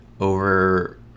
over